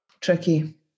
Tricky